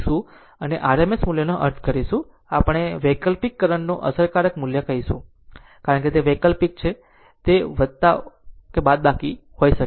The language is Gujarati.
લ કરીશું અને RMS મૂલ્યનો અર્થ કરીશું અથવા આપણે વૈકલ્પિક કરંટનું અસરકારક મૂલ્ય કહીશું કારણ કે તે વૈકલ્પિક છે કારણ કે તે ઓછા બાદબાકી કરે છે